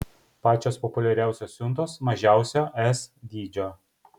pačios populiariausios siuntos mažiausio s dydžio